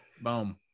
Boom